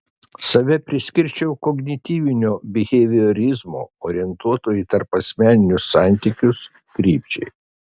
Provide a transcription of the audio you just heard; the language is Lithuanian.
save priskirčiau kognityvinio biheviorizmo orientuoto į tarpasmeninius santykius krypčiai